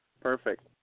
perfect